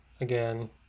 again